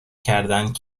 کردند